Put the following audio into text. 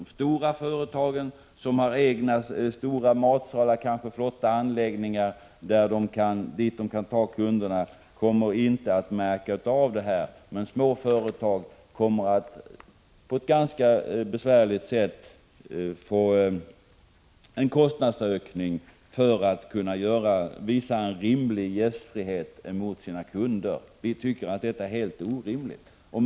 De stora företagen, som har egna stora matsalar och flotta anläggningar dit de kan ta kunderna, kommer inte att märka detta, men små företag kommer att på ett ganska besvärande sätt få en kostnadsökning om de vill visa rimlig gästfrihet mot sina kunder. Vi tycker att detta är orimligt.